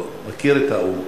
הוא מכיר את האו"ם,